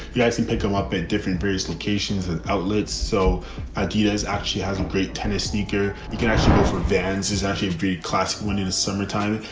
you guys can pick them up at different various locations and outlets. so adidas actually has a great tennis sneaker. you can actually go for vans. it's actually a pretty classic one in the summertime.